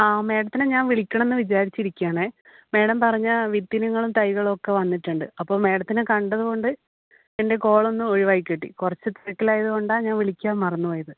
ആ മാഡത്തിനെ ഞാൻ വിളിക്കണമെന്ന് വിചാരിച്ചിരിക്കെയാണേ മാഡം പറഞ്ഞ വിത്തിനങ്ങളും തൈകളൊക്കെ വന്നിട്ടുണ്ട് അപ്പം മാഡത്തിനെ കണ്ടത് കൊണ്ട് എൻ്റെ കോളൊന്ന് ഒഴിവായി കിട്ടി കുറച്ച് തിരക്കിലായത് കൊണ്ടാണ് ഞാൻ വിളിക്കാൻ മറന്ന് പോയത്